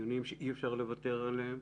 חיוניים שאי אפשר לוותר עליהם.